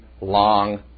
long